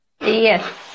Yes